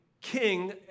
king